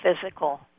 physical